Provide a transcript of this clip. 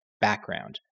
background